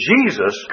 Jesus